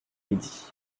midi